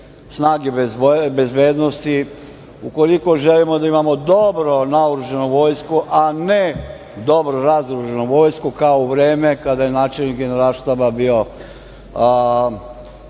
kao donedavno, ukoliko želimo da imamo dobro naoružanu vojsku, a ne dobro razoružanu vojsku kao u vreme kada je načelnik Generalštaba bio